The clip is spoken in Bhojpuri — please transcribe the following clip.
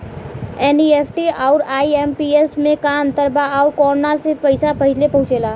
एन.ई.एफ.टी आउर आई.एम.पी.एस मे का अंतर बा और आउर कौना से पैसा पहिले पहुंचेला?